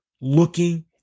looking